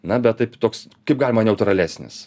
na bet taip toks kaip galima neutralesnis